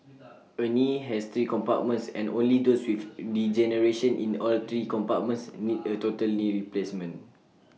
A knee has three compartments and only those with degeneration in all three compartments need A total knee replacement